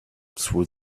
through